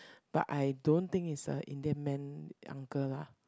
but I don't think is a Indian man uncle lah